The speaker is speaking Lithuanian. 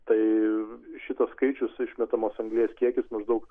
tai šitas skaičius išmetamos anglies kiekis maždaug